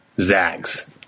Zags